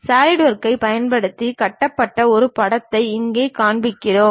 சாலிட்வொர்க்கைப் பயன்படுத்தி கட்டப்பட்ட ஒரு படத்தை இங்கே காண்பிக்கிறோம்